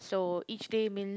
so each day means